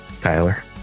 Tyler